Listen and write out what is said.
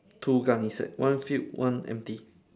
two gunnysack one filled one empty